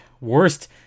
worst